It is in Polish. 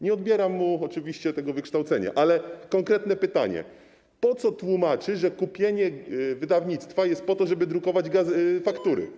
Nie odbieram mu oczywiście tego wykształcenia, ale konkretne pytanie: Po co tłumaczy, że kupienie wydawnictwa jest po to, żeby drukować faktury?